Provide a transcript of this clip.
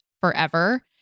forever